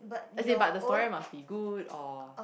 is in but the story must be good or